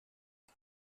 det